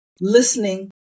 listening